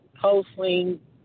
posting